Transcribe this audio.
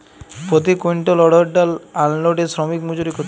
প্রতি কুইন্টল অড়হর ডাল আনলোডে শ্রমিক মজুরি কত?